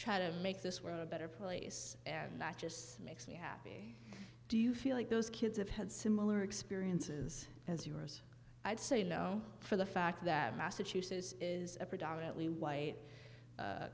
try to make this world a better place and that just makes me happy do you feel like those kids have had similar experiences as yours i'd say you know for the fact that massachusetts is a predominantly white